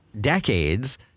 decades